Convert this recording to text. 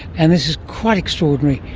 and this is quite extraordinary.